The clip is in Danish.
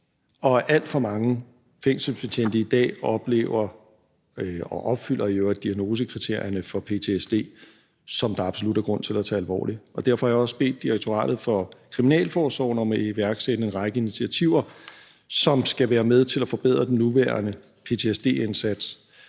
at alt for mange fængselsbetjente i dag oplever og i øvrigt opfylder diagnosekriterierne for ptsd, og det er der absolut grund til at tage alvorligt. Derfor har jeg også bedt Direktoratet for Kriminalforsorgen om at iværksætte en række initiativer, som skal være med til at forbedre den nuværende ptsd-indsats.